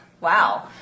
Wow